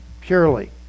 purely